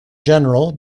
general